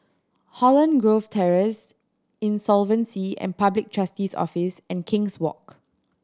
Holland Grove Terrace Insolvency and Public Trustee's Office and King's Walk